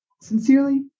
Sincerely